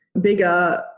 bigger